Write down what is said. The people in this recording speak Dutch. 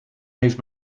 heeft